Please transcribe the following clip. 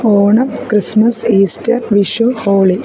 Onam Christmas Easter Vishu holy